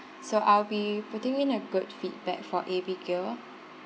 so I'll be putting in a good feedback for abigail